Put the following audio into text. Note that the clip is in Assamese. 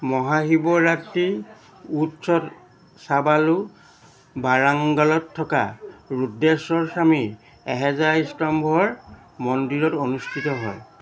মহাশিৱৰাত্ৰি উৎচচাৱলু ৱাৰাংগলত থকা ৰুদ্ৰেশ্বৰ স্বামীৰ এহেজাৰ স্তম্ভৰ মন্দিৰত অনুষ্ঠিত হয়